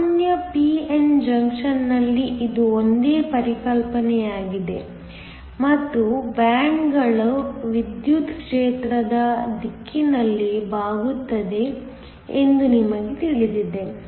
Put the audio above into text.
ಸಾಮಾನ್ಯ p n junction ನಲ್ಲಿ ಇದು ಒಂದೇ ಪರಿಕಲ್ಪನೆಯಾಗಿದೆ ಮತ್ತು ಬ್ಯಾಂಡ್ಗಳು ವಿದ್ಯುತ್ ಕ್ಷೇತ್ರದ ದಿಕ್ಕಿನಲ್ಲಿ ಬಾಗುತ್ತದೆ ಎಂದು ನಮಗೆ ತಿಳಿದಿದೆ